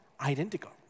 identical